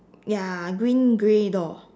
ya a green grey door